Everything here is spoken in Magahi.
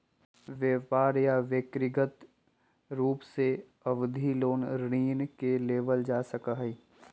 व्यापार या व्यक्रिगत रूप से अवधि लोन ऋण के लेबल जा सका हई